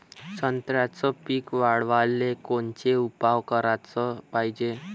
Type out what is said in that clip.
संत्र्याचं पीक वाढवाले कोनचे उपाव कराच पायजे?